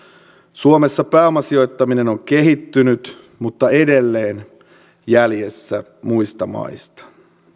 suomessa pääomasijoittaminen on kehittynyt mutta edelleen jäljessä muista maista